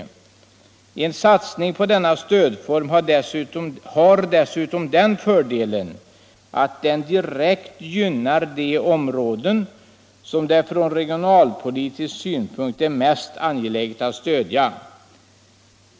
En satsning på denna stödform har dessutom den fördelen att den direkt gynnar de områden som det från regionalpolitisk synpunkt är mest angeläget att stödja.